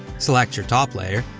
select your top layer,